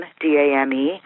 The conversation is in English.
D-A-M-E